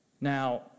Now